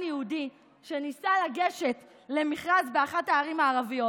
יהודי שניסה לגשת למכרז באחת הערים הערביות,